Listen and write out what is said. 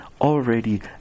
already